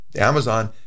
Amazon